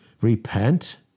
repent